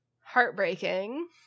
Heartbreaking